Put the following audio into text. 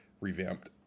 revamped